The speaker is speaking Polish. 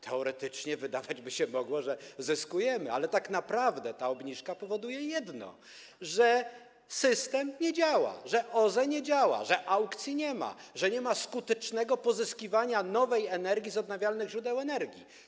Teoretycznie wydawać by się mogło, że zyskujemy, ale tak naprawdę ta obniżka powoduje jedno: że system nie działa, że OZE nie działa, że aukcji nie ma, że nie ma skutecznego pozyskiwania nowej energii z odnawialnych źródeł energii.